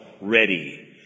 ready